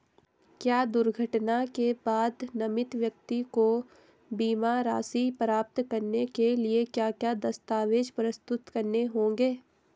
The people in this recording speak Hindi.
क्या दुर्घटना के बाद नामित व्यक्ति को बीमा राशि प्राप्त करने के लिए क्या क्या दस्तावेज़ प्रस्तुत करने होंगे?